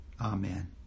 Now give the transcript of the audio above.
Amen